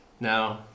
No